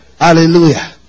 Hallelujah